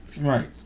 Right